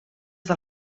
del